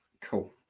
cool